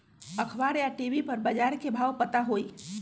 अखबार या टी.वी पर बजार के भाव पता होई?